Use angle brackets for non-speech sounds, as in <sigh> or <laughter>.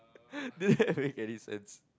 <laughs> any eighty cents